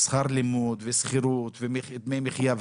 שכר לימוד, שכירות, דמי מחיה.